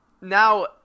now